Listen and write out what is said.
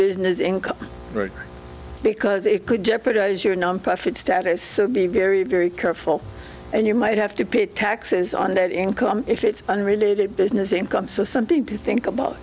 business income because it could jeopardize your nonprofit status so be very very careful and you might have to pay taxes on that income if it's unrelated so something to think about